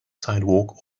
sidewalk